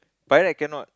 by right cannot